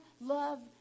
love